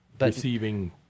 receiving